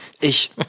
ich